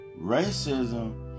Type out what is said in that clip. Racism